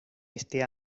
este